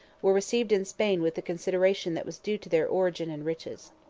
were received in spain with the consideration that was due to their origin and riches.